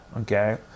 Okay